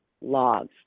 logs